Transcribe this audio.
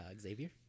Xavier